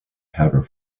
powder